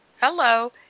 Hello